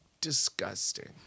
Disgusting